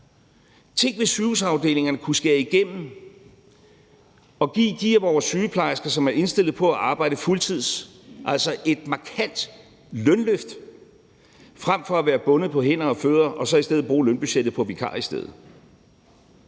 Tænk, hvis sygehusafdelingerne kunne skære igennem og give dem af vores sygeplejersker, som er indstillet på at arbejde fuldtids, et markant lønløft frem for at være bundet på hænder og fødder og bruge lønbudgettet på vikarer i stedet.